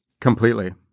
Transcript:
Completely